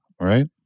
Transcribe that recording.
right